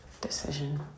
decision